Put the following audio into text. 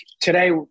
today